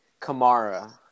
Kamara